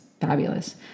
fabulous